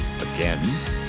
again